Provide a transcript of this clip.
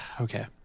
Okay